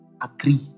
agree